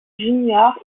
junior